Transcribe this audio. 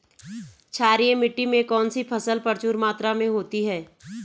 क्षारीय मिट्टी में कौन सी फसल प्रचुर मात्रा में होती है?